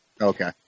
Okay